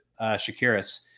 Shakiris